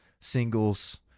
singles